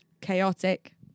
Chaotic